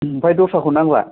ओमफाय दस्राखौ नांला